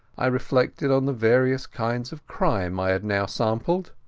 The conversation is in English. i reflected on the various kinds of crime i had now sampled.